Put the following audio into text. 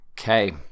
Okay